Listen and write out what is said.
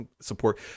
support